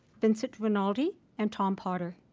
vincent rinaldi and tom potter.